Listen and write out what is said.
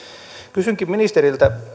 kysynkin ministeriltä